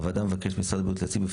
הוועדה מבקשת ממשרד